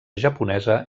japonesa